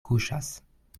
kuŝas